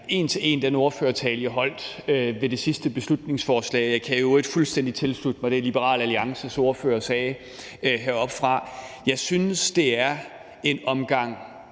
en referere den ordførertale, jeg holdt ved det sidste beslutningsforslag, og jeg kan i øvrigt fuldstændig tilslutte mig det, Liberal Alliances ordfører sagde heroppefra. Jeg synes, det er en omgang